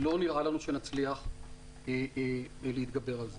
לא נראה לנו שנצליח להתגבר על זה.